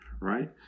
right